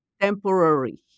temporary